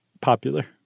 popular